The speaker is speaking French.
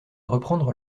reprendre